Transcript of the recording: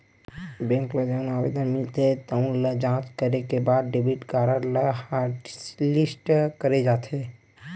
bank ल जउन आवेदन मिलथे तउन ल जॉच करे के बाद डेबिट कारड ल हॉटलिस्ट करे जाथे